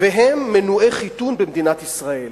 והם מנועי חיתון במדינת ישראל,